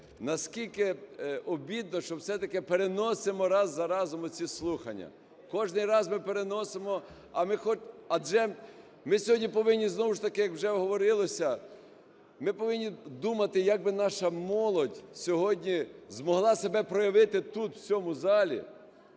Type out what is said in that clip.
наскільки обідно, що все-таки переносимо раз за разом оці слухання. Кожний раз ми переносимо, адже ми сьогодні повинні знову ж таки, як вже говорилося, ми повинні думати, як би наша молодь сьогодні змогла себе проявити тут в цьому залі.